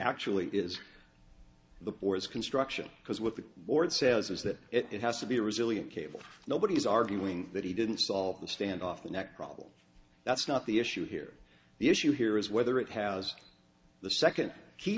actually is the board's construction because what the board says is that it has to be resilient cable nobody is arguing that he didn't solve the stand off the neck problem that's not the issue here the issue here is whether it has the second key